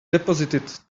deposited